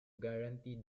guarantee